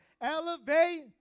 Elevate